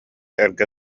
эргэ